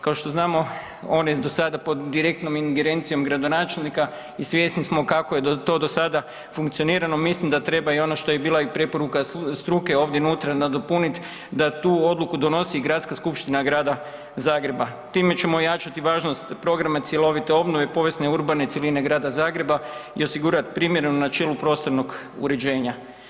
Kao što znamo, on je do sada pod direktnom ingerencijom gradonačelnika i svjesni kako je to dosada funkcionirano, mislim da treba i ono što je bila i preporuka struke ovdje nutra nadopunit, da tu odluku donosi Gradska skupština grada Zagreba. time ćemo ojačati važnost programa cjelovite obnove i povijesno-urbane cjeline grada Zagreba i osigurat primjereno načelo prostornog uređenja.